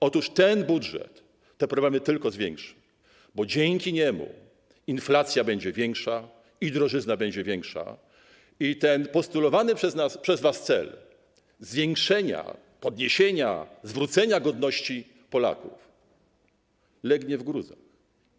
Otóż ten budżet te problemy tylko zwiększy, bo przez niego inflacja będzie większa i drożyzna będzie większa i ten postulowany przez was cel zwiększenia, podniesienia, zwrócenia godności Polakom legnie w gruzach.